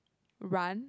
run